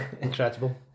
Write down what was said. incredible